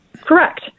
correct